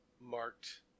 marked